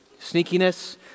Sneakiness